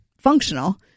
functional